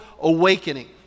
awakening